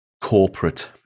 corporate